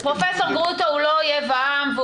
תני לו לענות, תנו לו לענות.